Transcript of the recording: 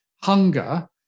hunger